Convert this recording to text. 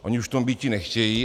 Ony už v tom být nechtějí.